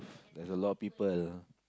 there's a lot of people